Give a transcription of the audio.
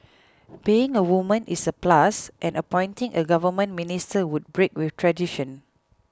being a woman is a plus and appointing a government minister would break with tradition